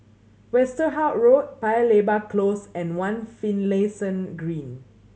Westerhout Road Paya Lebar Close and One Finlayson Green